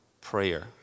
prayer